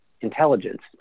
intelligence